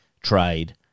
trade